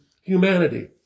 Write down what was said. humanity